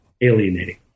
alienating